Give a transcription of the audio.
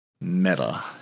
meta